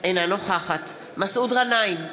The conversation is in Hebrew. אינה נוכחת מסעוד גנאים,